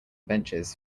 benches